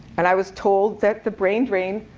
and i was told that the brain drain